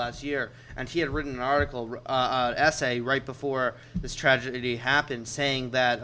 last year and she had written an article essay right before this tragedy happened saying that